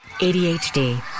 adhd